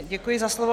Děkuji za slovo.